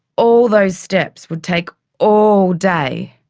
all those steps would take all day.